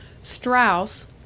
Strauss